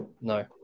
No